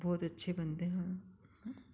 बहुत अच्छे बनते हैं